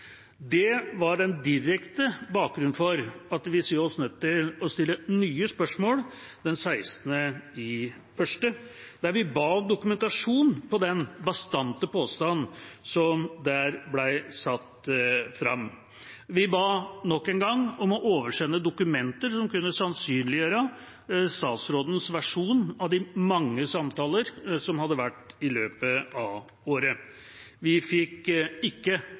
Det var den direkte bakgrunnen for at vi så oss nødt til å stille nye spørsmål den 16. januar 2018, der vi ba om dokumentasjon på den bastante påstanden som ble satt fram. Vi ba nok en gang om å få oversendt dokumenter som kunne sannsynliggjøre statsrådens versjon av de mange samtaler som hadde vært i løpet av året. Vi fikk ikke